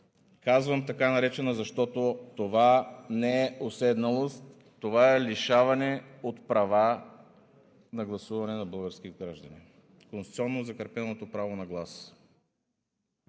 Казвам „така наречената“, защото това не е уседналост – това е лишаване от право на гласуване на български граждани, конституционно закрепеното право на глас.